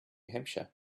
hampshire